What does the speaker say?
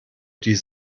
die